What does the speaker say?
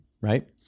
right